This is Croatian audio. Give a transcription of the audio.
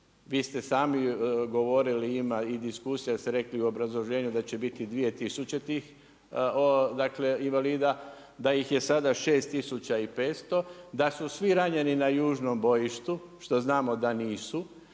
Vi ste sami govorili ima i diskusija ste rekli u obrazloženju da će biti 2000 tih invalida, da ih je sada 6500, da su svi ranjeni na južnom bojištu što znamo da nisu,